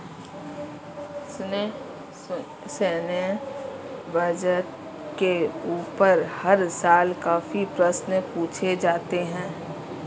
सैन्य बजट के ऊपर हर साल काफी प्रश्न पूछे जाते हैं